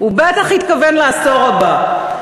הוא בטח התכוון לעשור הבא.